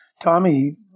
Tommy